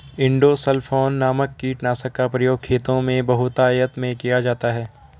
endosulfan नामक कीटनाशक का प्रयोग खेतों में बहुतायत में किया जाता है